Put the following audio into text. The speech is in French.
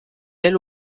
ailes